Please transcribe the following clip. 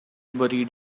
buried